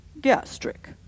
Gastric